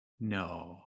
No